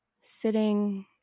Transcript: sitting